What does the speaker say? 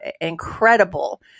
incredible